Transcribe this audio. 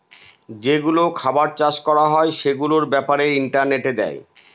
যেগুলো খাবার চাষ করা হয় সেগুলোর ব্যাপারে ইন্টারনেটে দেয়